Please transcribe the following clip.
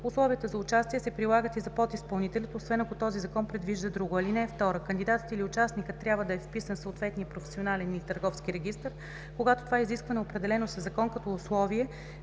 Условията за участие се прилагат и за подизпълнителите, освен ако този закон предвижда друго. (2) Кандидатът или участникът трябва да е вписан в съответния професионален или търговски регистър, когато това изискване е определено със закон като условие